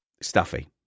Stuffy